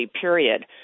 period